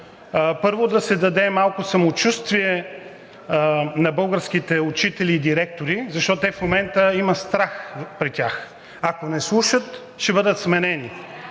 първо да се даде малко самочувствие на българските учители и директори, защото в момента има страх при тях – ако не слушат, ще бъдат сменени.